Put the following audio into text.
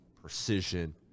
precision